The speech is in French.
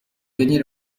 gagner